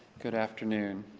good afternoon.